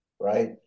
right